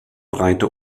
breite